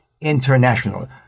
International